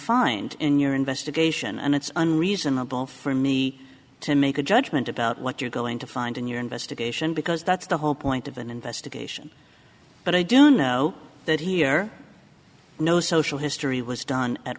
find in your investigation and it's an reasonable for me to make a judgment about what you're going to find in your investigation because that's the whole point of an investigation but i do know that here no social history was done at